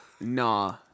Nah